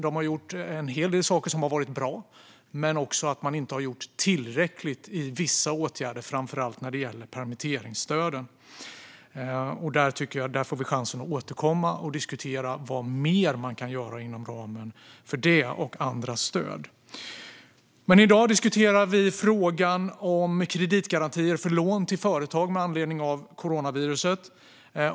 Man har gjort en hel del saker som har varit bra, men man har inte gjort tillräckligt när det gäller vissa åtgärder, framför allt permitteringsstöden. Där får vi chansen att återkomma och diskutera vad mer man kan göra inom ramen för detta och andra stöd. Men i dag diskuterar vi frågan om kreditgarantier för lån till företag med anledning av coronaviruset.